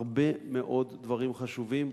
הרבה מאוד דברים חשובים.